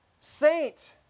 saint